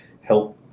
help